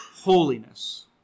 holiness